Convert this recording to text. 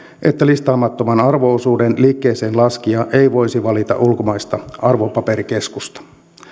että listaamattoman arvo osuuden liikkeeseenlaskija ei voisi valita ulkomaista arvopaperikeskusta